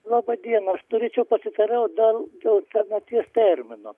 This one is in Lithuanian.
laba diena aš norėčiau pasiteiraut dėl dėl senaties termino